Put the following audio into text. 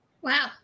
Wow